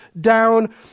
down